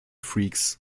freaks